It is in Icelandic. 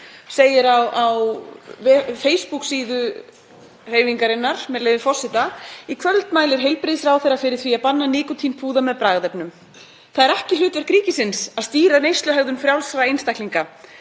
kvöld. Á Facebook-síðu hreyfingarinnar segir, með leyfi forseta: „Í kvöld mælir heilbrigðisráðherra fyrir því að banna nikótínpúða með bragðefnum. Það er ekki hlutverk ríkisins að stýra neysluhegðun frjálsra einstaklinga.